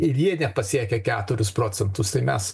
ir jie nepasiekia keturis procentus tai mes